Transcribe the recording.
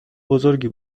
بزرگی